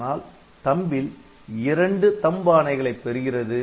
ஆனால் THUMB முறையில் இரண்டு THUMB ஆணைகளை பெறுகிறது